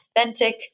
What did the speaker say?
authentic